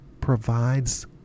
provides